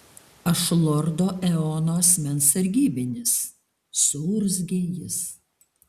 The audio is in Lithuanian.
aš lordo eono asmens sargybinis suurzgė jis